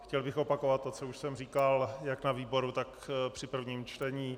Chtěl bych opakovat to, co už jsem říkal jak na výboru, tak při prvním čtení.